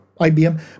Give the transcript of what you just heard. IBM